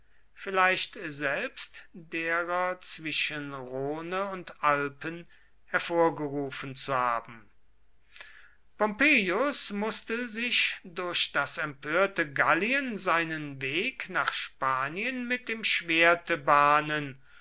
vielleicht selbst derer zwischen rhone und alpen hervorgerufen zu haben pompeius mußte sich durch das empörte gallien seinen weg nach spanien mit dem schwerte bahnen